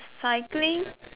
cycling